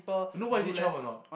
you know why is it twelve or not